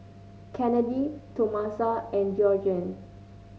Kennedy Tomasa and Georgiann